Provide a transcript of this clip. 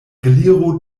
gliro